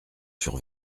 sur